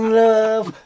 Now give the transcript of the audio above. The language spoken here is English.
love